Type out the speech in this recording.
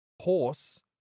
horse